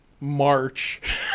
March